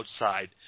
outside